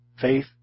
faith